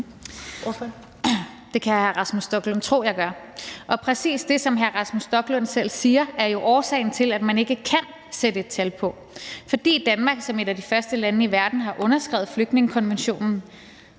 Det kan hr. Rasmus Stoklund tro jeg gør. Og præcis det, som hr. Rasmus Stoklund selv siger, er jo årsagen til, at man ikke kan sætte et tal på. Det, at Danmark som et af de første lande i verden har underskrevet flygtningekonventionen,